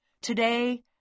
Today